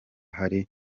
hari